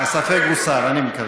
הספק הוסר, אני מקווה.